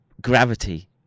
gravity